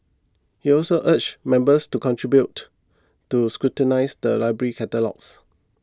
he also urged members to contribute to scrutinise the library's catalogues